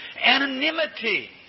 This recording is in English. Anonymity